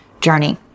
journey